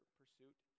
pursuit